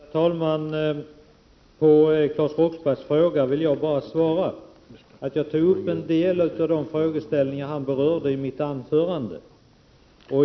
Herr talman! På Claes Roxberghs fråga vill jag bara svara att jag tog upp en del av de frågeställningar som han berörde i mitt anförande.